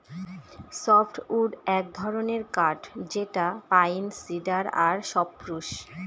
softwood এক ধরনের কাঠ যেটা পাইন, সিডার আর সপ্রুস